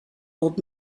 old